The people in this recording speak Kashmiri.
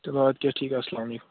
چلو اَدٕ کیٛاہ ٹھیٖک اسلام علیکُم